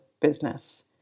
business